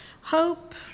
hope